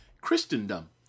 Christendom